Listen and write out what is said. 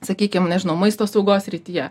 sakykim nežinau maisto saugos srityje